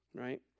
right